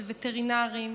של וטרינרים,